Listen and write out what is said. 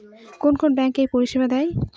কোন কোন ব্যাঙ্ক এই পরিষেবা দেয়?